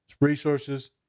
resources